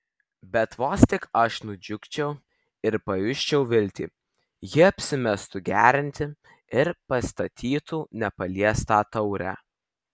bet vos tik aš nudžiugčiau ir pajusčiau viltį ji apsimestų gerianti ir pastatytų nepaliestą taurę